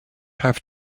have